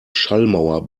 schallmauer